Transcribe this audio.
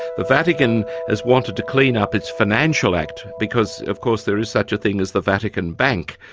the vatican has wanted to clean up its financial act, because of course there is such a thing as the vatican bank,